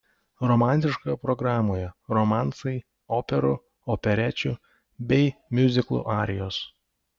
romantiškoje programoje romansai operų operečių bei miuziklų arijos